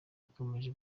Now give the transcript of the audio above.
wakomeje